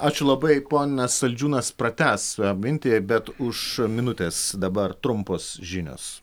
ačiū labai ponas saldžiūnas pratęs mintį bet už minutės dabar trumpos žinios